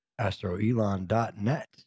astroelon.net